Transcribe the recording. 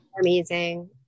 amazing